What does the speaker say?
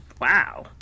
Wow